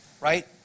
right